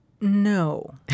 No